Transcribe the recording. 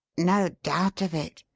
no doubt of it,